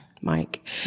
Mike